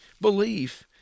belief